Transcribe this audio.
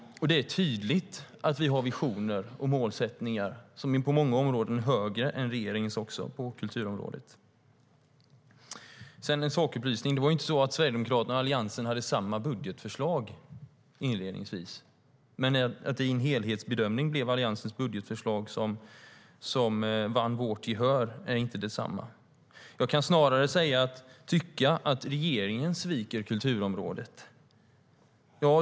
Det är tydligt att vi har visioner och målsättningar som på många områden är högre än regeringens, så också på kulturområdet. Låt mig komma med en sakupplysning. Det var inte så att Sverigedemokraterna och Alliansen hade samma budgetförslag inledningsvis. Att det vid en helhetsbedömning blev Alliansens budgetförslag som vann vårt gehör är inte detsamma. Jag kan snarare tycka att regeringen sviker kulturområdet.